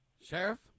Sheriff